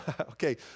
okay